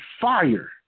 fire